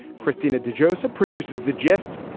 christina de joseph produces the gist.